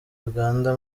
uganda